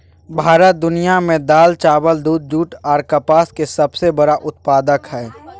भारत दुनिया में दाल, चावल, दूध, जूट आर कपास के सबसे बड़ा उत्पादक हय